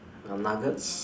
um nuggets